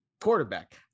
quarterback